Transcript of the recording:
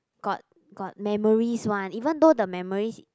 got got memories one even though the memories